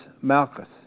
Malchus